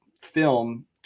film